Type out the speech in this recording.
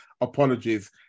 Apologies